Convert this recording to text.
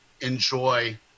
enjoy